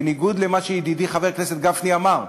בניגוד למה שידידי חבר הכנסת גפני אמר,